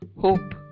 hope